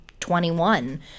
21